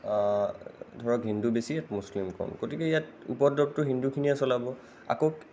ধৰক হিন্দু বেছি মুছলিম কম গতিকে ইয়াত উপদ্ৰৱটো হিন্দুখিনিয়ে চলাব আকৌ